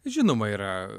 žinoma yra